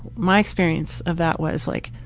my experience of that was like,